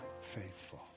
faithful